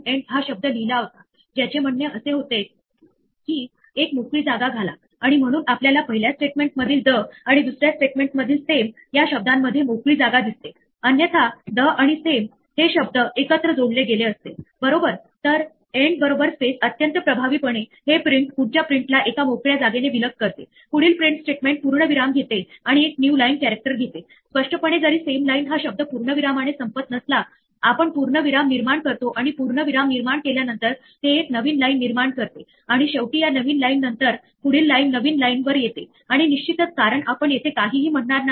exceptions कसे हाताळायचे याची संपूर्ण रचना अशी आहे आपण आपल्याला हवा असणारा कोड एका ट्राय ब्लॉक मध्ये ठेवतो नंतर आपल्याजवळ एक्सेप्ट ब्लॉकचा एक क्रम आहे जो विविध प्रकारच्या एक्सेप्शन्स ला पकडतो आपण एकापेक्षा जास्त प्रकारचे एक्सेप्शन्स एका ट्यूपलमध्ये क्रमानुसार ठेवून पकडू शकतो आपल्याजवळ एक डिफॉल्ट एक्सेप्ट आहे जे इतर न हाताळले गेलेल्या एक्सेप्शन्स ला पकडते जे कुठल्याही नावाशी निगडित नाही आणि शेवटी आपल्याजवळ एक एल्स ब्लॉक आहे ज्याची अंमलबजावणी ट्राय टर्मिनेट झाल्यास होईल